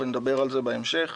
ונדבר על זה בהמשך.